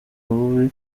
bubi